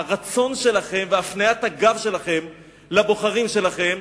הרצון שלכם והפניית הגב שלכם לבוחרים שלכם,